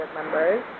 members